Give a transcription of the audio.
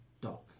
dock